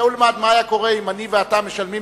צא ולמד מה היה קורה אם אני ואתה משלמים